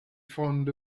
fond